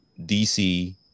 DC